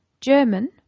German